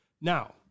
Now